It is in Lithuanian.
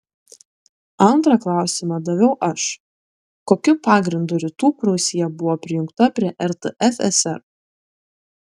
antrą klausimą daviau aš kokiu pagrindu rytų prūsija buvo prijungta prie rtfsr